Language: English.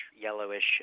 yellowish